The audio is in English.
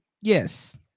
Yes